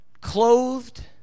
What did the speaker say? clothed